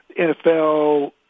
NFL